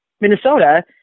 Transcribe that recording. Minnesota